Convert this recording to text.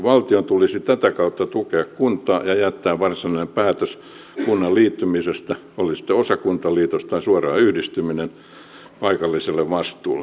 valtion tulisi tätä kautta tukea kuntaa ja jättää varsinainen päätös kunnan liittymisestä oli se sitten osakuntaliitos tai suoraan yhdistyminen paikallisten vastuulle